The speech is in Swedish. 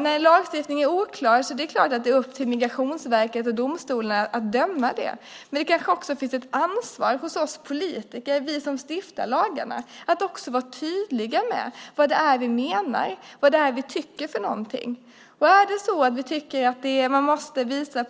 När lagstiftningen är oklar är det upp till Migrationsverket och domstolarna att döma, men det kanske också finns ett ansvar hos oss politiker, vi som stiftar lagarna, att vara tydliga med vad det är vi menar, vad vi tycker, det vill säga om vi tycker att man måste visa